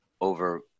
over –